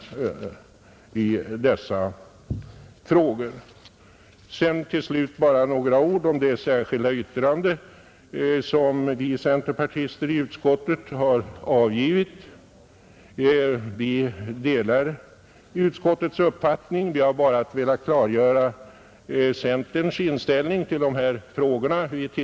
Till slut bara några ord om det särskilda yttrande som vi centerpartister i utskottet har avgivit! Vi delar utskottets uppfattning, men vi har velat klargöra centerns inställning till planeringsfrågorna.